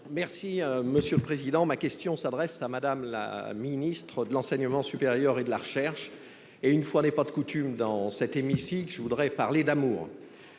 Merci monsieur le président, ma question s'adresse à Madame la Ministre de l'enseignement supérieur et de la recherche et une fois n'est pas coutume dans cet hémicycle. Je voudrais parler d'amour.